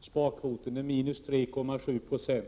Sparkvoten är minus 3,7 90.